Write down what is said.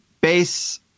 base